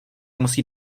musí